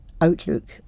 outlook